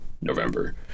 November